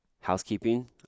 Housekeeping